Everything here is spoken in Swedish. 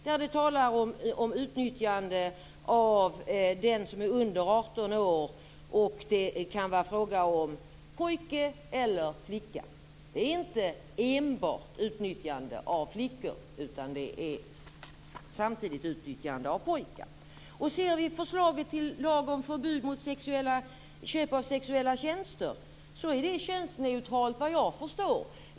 Där talas det om utnyttjande av den som är under 18 år. Det kan var fråga om pojke eller flicka. Det handlar inte enbart utnyttjande av flickor utan samtidigt om utnyttjande av pojkar. Vad jag förstår är förslaget till lag om förbud mot köp av sexuella tjänster könsneutralt.